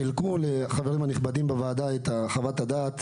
חילקו לחברים הנכסים בוועדה את חוות הדעת,